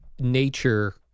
nature